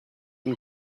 and